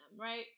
right